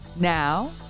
Now